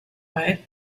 way